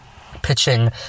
Pitching